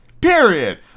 Period